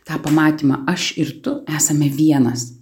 tą pamatymą aš ir tu esame vienas